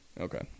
Okay